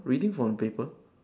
reading from paper